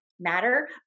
matter